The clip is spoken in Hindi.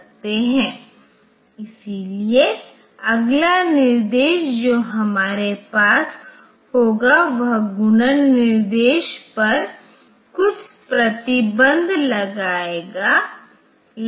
इंटरप्ट सर्विस रूटीन कि जिम्मेदारी है किn के मूल्य का विश्लेषण करें और तदनुसार यह निश्चय करें की किस प्रोसीजर को बुलाना चाहिए